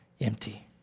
empty